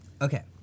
Okay